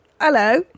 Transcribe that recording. Hello